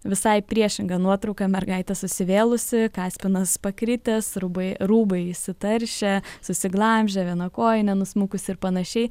visai priešinga nuotrauka mergaitė susivėlusi kaspinas pakritęs rūbai rūbai išsitaršę susiglamžę viena kojinė nusmukusi ir panašiai